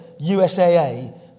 USAA